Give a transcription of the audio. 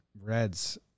Reds